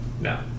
no